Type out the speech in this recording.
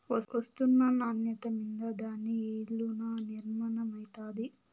ఒస్తున్న నాన్యత మింద దాని ఇలున నిర్మయమైతాది